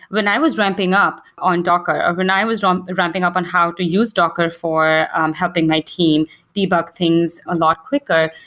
when i was ramping up on docker or when i was ramping up on how to use docker for um helping my team debug things a lot quicker,